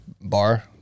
bar